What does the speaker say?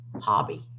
hobby